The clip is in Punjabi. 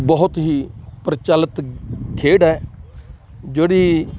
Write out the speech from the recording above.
ਬਹੁਤ ਹੀ ਪ੍ਰਚਲਿਤ ਖੇਡ ਹੈ ਜਿਹੜੀ